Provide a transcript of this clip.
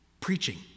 preaching